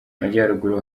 majyaruguru